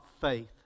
faith